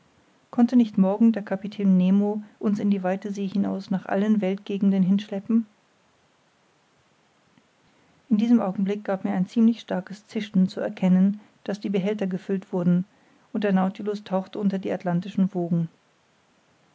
konnte nicht morgen der kapitän nemo uns in die weite see hinaus nach allen weltgegenden hin schleppen in diesem augenblick gab mir ein ziemlich starkes zischen zu erkennen daß die behälter gefüllt wurden und der nautilus tauchte unter in die atlantischen wogen